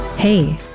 Hey